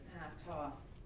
half-tossed